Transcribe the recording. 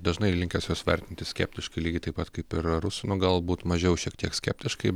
dažnai linkęs juos vertinti skeptiškai lygiai taip pat kaip ir rusų nu galbūt mažiau šiek tiek skeptiškai